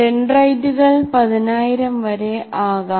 ഡെൻഡ്രൈറ്റുകൾ 10000 വരെ ആകാം